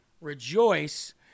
rejoice